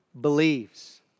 believes